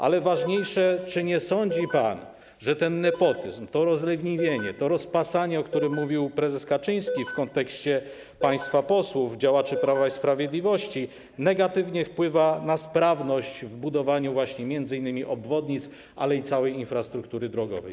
Ale ważniejsze: Czy nie sądzi pan, że ten nepotyzm, to rozleniwienie, to rozpasanie, o którym mówił prezes Kaczyński w kontekście państwa posłów, działaczy Prawa i Sprawiedliwości, negatywnie wpływa na sprawność w budowaniu właśnie m.in. obwodnic, ale i całej infrastruktury drogowej?